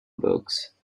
books